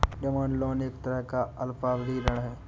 demand loan एक तरह का अल्पावधि ऋण है